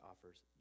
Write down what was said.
offers